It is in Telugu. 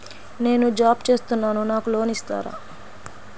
నేను జాబ్ చేస్తున్నాను నాకు లోన్ ఇస్తారా?